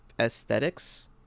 aesthetics